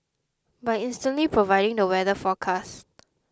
by instantly providing the weather forecast